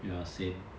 ya same